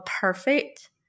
perfect